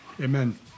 Amen